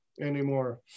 anymore